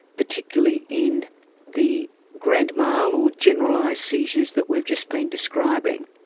particularly in the grand mal or generalised seizures that we've just been describing.